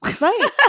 Right